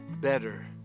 better